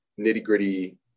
nitty-gritty